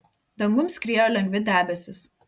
dangum skriejo lengvi debesys